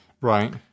Right